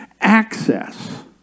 access